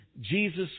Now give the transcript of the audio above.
Jesus